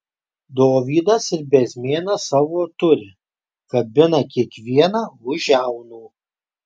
dovydas ir bezmėną savo turi kabina kiekvieną už žiaunų